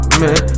man